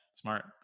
Smart